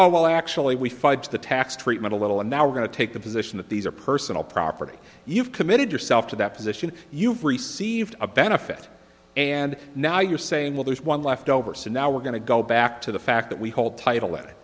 oh well actually we fight the tax treatment a little and now we're going to take the position that these are personal property you've committed yourself to that position you've received a benefit and now you're saying well there's one left over so now we're going to go back to the fact that we hold title